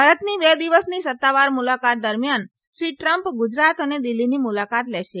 ભારતની બે દિવસની સત્તાવાર મુલાકાત દરમિયાન શ્રી ટ્રમ્પ ગુજરાત અને દિલ્ફીની મુલાકાત લેશે